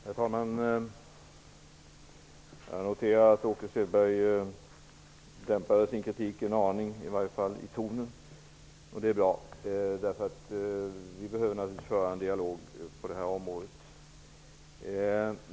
Herr talman! Jag noterar att Åke Selberg dämpade sin kritik en aning, i varje fall i tonen. Det är bra, för vi behöver naturligtvis föra en dialog på det här området.